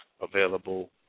available